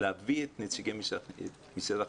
להביא את נציגי משרד החינוך,